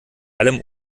allem